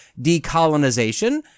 Decolonization